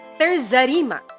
terzarima